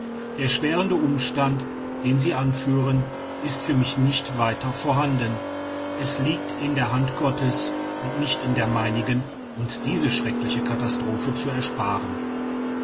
der erschwerende umstand den sie anführen ist für mich nicht weiter vorhanden es liegt in der hand gottes und nicht in der meinigen uns diese schreckliche katastrophe zu ersparen